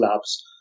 labs